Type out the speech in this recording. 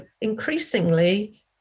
increasingly